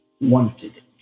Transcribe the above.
wanted